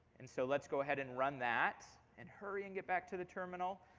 and so let's go ahead and run that. and hurry and get back to the terminal.